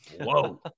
Whoa